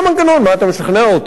מה, אתה משכנע אותי פה?